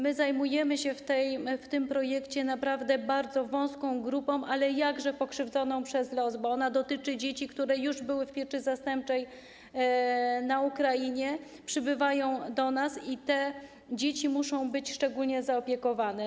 My zajmujemy się w tym projekcie naprawdę bardzo wąską grupą, ale jakże pokrzywdzoną przez los, bo projekt dotyczy dzieci, które już były w pieczy zastępczej na Ukrainie, przybywają do nas i muszą być szczególnie zaopiekowane.